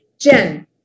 Jen